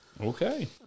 Okay